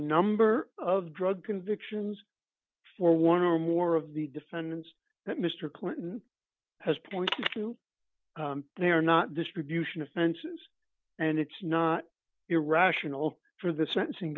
number of drug convictions for one or more of the defendants that mr clinton has pointed to there are not distribution offenses and it's not irrational for the sentencing